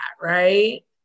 right